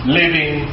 living